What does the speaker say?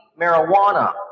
marijuana